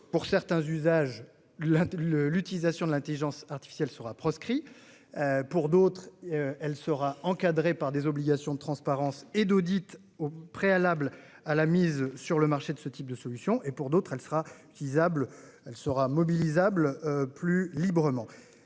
pour certains usages, le recours à l'intelligence artificielle sera proscrit. Pour d'autres, il sera encadré par des obligations de transparence et d'audit préalables à la mise sur le marché de ce type de solution. Pour d'autres encore, l'intelligence